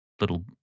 little